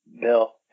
bill